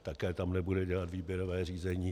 Také tam nebude dělat výběrové řízení.